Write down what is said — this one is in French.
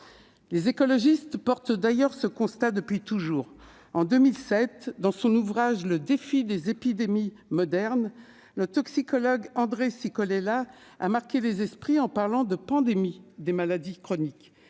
Les écologistes font d'ailleurs ce constat depuis toujours. En 2007, dans son ouvrage, le toxicologue André Cicolella a marqué les esprits en parlant de « pandémie des maladies chroniques